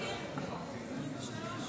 תמיד אפשר אחר כך.